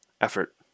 effort